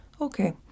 Okay